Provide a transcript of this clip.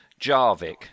Jarvik